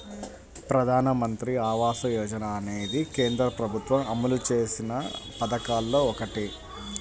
ప్రధానమంత్రి ఆవాస యోజన అనేది కేంద్ర ప్రభుత్వం అమలు చేసిన పథకాల్లో ఒకటి